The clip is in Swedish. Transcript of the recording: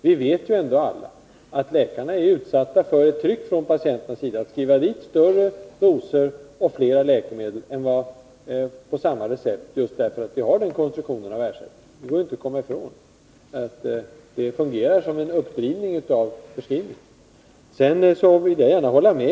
Vi vet ju ändå alla att läkarna är utsatta för ett tryck från patientens sida att skriva ut större doser och fler läkemedel än nödvändigt på samma recept — just därför att vi har den konstruktionen när det gäller ersättning som vi har.